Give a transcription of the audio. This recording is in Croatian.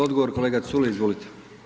Odgovor, kolega Culej izvolite.